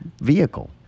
vehicle